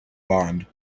bond